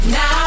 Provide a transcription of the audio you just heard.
Now